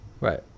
Right